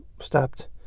stopped